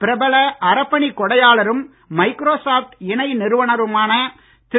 பிரபல அறப்பணிக் கொடையாளரும் மைக்ரோ சாப்ட் இணை நிறுவனருமான திரு